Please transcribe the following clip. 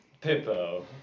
Pippo